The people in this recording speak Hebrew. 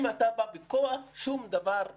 אם אתה בא בכוח, שום דבר לא יעבוד.